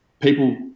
people